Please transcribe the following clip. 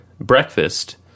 breakfast